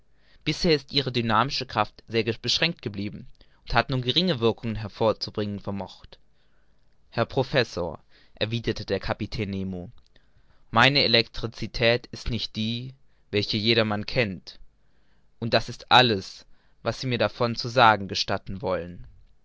bisher ist ihre dynamische kraft sehr beschränkt geblieben und hat nur geringe wirkungen hervorzubringen vermocht herr professor erwiderte der kapitän nemo meine elektricität ist nicht die welche jedermann kennt und das ist alles was sie mir ihnen davon zu sagen gestatten wollen